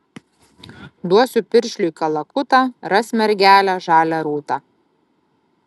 duosiu piršliui kalakutą ras mergelę žalią rūtą